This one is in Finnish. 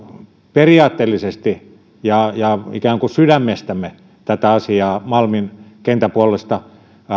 periaatteellisesti ja ja ikään kuin sydämestämme tätä asiaa malmin kentän puolesta